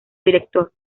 director